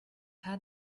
had